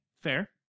fair